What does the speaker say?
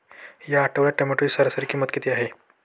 या आठवड्यात टोमॅटोची सरासरी किंमत किती आहे?